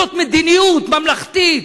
זאת מדיניות ממלכתית.